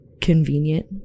convenient